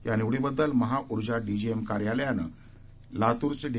या निवडीबद्धल महाऊर्जा डीजीएम कार्यालय लातूरचेडी